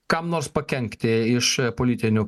kam nors pakenkti iš politinių